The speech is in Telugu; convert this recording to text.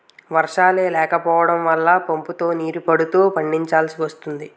వర్షాలే లేకపోడం వల్ల పంపుతో నీరు పడుతూ పండిచాల్సి వస్తోంది